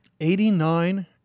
Eighty-nine